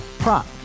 Prop